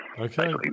okay